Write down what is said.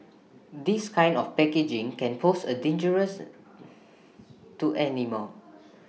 this kind of packaging can pose A dangerous to animals